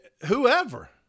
Whoever